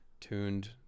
tuned